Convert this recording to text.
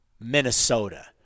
Minnesota